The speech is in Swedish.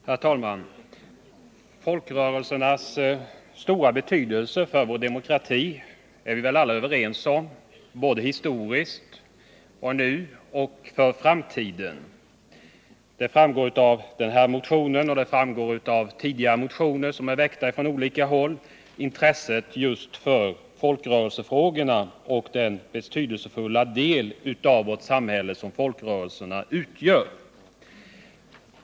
Herr talman! Folkrörelsernas stora betydelse för vår demokrati, såväl historiskt som nu och i framtiden, är vi väl alla överens om. Det framgår av denna motion, och det har framgått av tidigare motioner som är väckta från olika håll, att det finns ett stort intresse för just folkrörelsefrågorna och för den betydelsefulla del av vårt samhälle som folkrörelserna utgör.